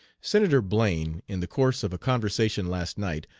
senator blaine, in the course of a conversation last night,